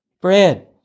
bread